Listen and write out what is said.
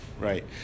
Right